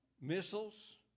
missiles